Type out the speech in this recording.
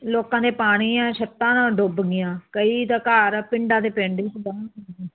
ਲੋਕਾਂ ਨੇ ਪਾਣੀ ਆ ਛੱਤਾਂ ਡੁੱਬ ਗਈਆਂ ਕਈ ਤਾਂ ਘਰ ਪਿੰਡਾਂ ਦੇ ਪਿੰਡ